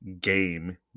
game